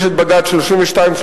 את בג"ץ 3239/02,